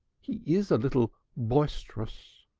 he is a little boisterous.